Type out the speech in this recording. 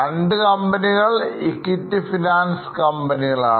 രണ്ട് കമ്പനികൾ Equity finance കമ്പനികളാണ്